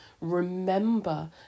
remember